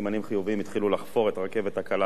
התחילו לחפור את הרכבת הקלה החדשה,